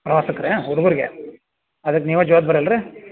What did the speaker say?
ಪ್ರವಾಸಕ್ಕಾ ಹುಡ್ಗರ್ಗೆ ಅದಕ್ಕೆ ನೀವೇ ಜವಾಬ್ದಾರಿ ಅಲ್ವ ರೀ